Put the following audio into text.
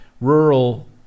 Rural